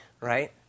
right